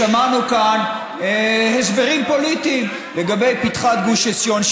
שמענו כאן הסברים פוליטיים לגבי פתחת גוש עציון,